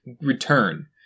return